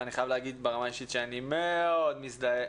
ואני חייב להגיד ברמה האישית שאני מאוד מזדהה,